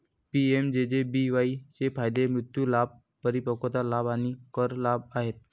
PMJJBY चे फायदे मृत्यू लाभ, परिपक्वता लाभ आणि कर लाभ आहेत